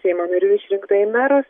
seimo narių išrinkta į merus